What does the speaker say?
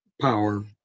power